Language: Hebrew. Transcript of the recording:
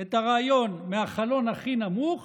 את הרעיון מהחלון הכי נמוך